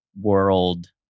world